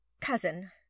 cousin